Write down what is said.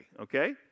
okay